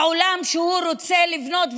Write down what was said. העולם שהוא רוצה לבנות,